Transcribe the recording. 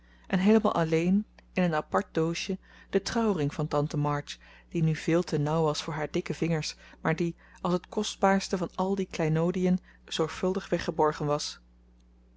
en heelemaal alleen in een apart doosje de trouwring van tante march die nu veel te nauw was voor haar dikke vingers maar die als het kostbaarste van al die kleinoodiën zorgvuldig weggeborgen was